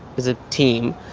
is a team.